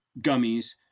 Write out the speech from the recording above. gummies